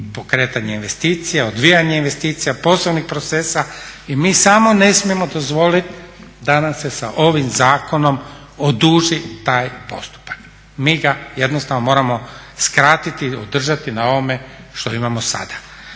pokretanje investicija, odvijanje investicija, poslovnih procesa. I mi samo ne smijemo dozvoliti da nam se sa ovim zakonom oduži taj postupak. Mi ga jednostavno moramo skratiti i održati na ovome što imamo sada.